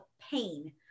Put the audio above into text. pain